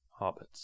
hobbits